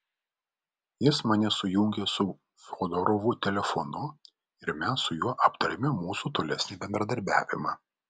jis mane sujungė su fiodorovu telefonu ir mes su juo aptarėme mūsų tolesnį bendradarbiavimą